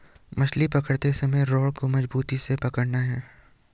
मछली पकड़ते समय रॉड को मजबूती से पकड़ना है